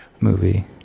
movie